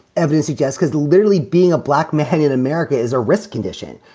evidence suggest because literally being a black man in america is a risk condition.